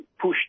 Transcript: push